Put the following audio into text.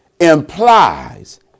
implies